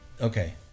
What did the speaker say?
okay